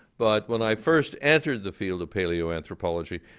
but when i first entered the field of paleoanthropology,